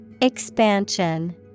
Expansion